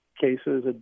cases